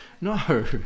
No